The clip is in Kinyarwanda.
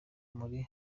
muri